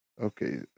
Okay